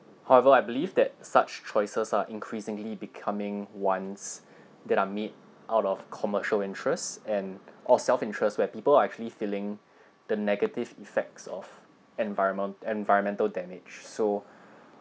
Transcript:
however I believe that such choices are increasingly becoming ones that are made out of commercial interests and or self-interest where people are actually feeling the negative effects of environment environmental damage so